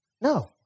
No